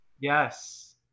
Yes